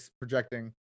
projecting